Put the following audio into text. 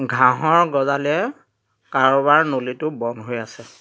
ঘাঁহৰ গজালিৰে কাৰোৱাৰ নলীটো বন্ধ হৈ আছে